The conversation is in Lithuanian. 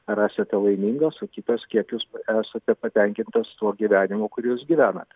ar esate laimingas o kitas kiek jūs esate patenkintas tuo gyvenimu kurį jūs gyvenat